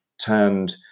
turned